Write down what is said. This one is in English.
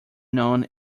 known